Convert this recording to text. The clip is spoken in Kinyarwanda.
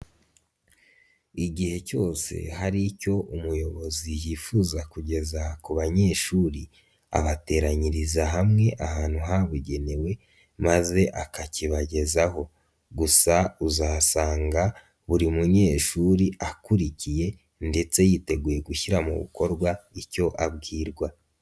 Igihe cyose hari icyo umuyobozi yifuza kugeza ku banyeshuri, abateranyiriza hamwe ahantu habugenewe maze akakibagezaho, gusa uzasanga buri munyeshuri akurikiye ndetse yiteguye gushyira mu bikorwa icyo abwirwa.